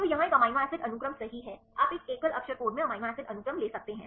तो यहाँ यह एमिनो एसिड अनुक्रम सही है आप एक एकल अक्षर कोड में एमिनो एसिड अनुक्रम ले सकते हैं